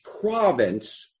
province